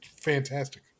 fantastic